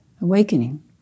awakening